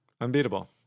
unbeatable